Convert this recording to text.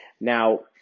Now